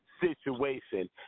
situation